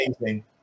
amazing